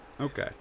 Okay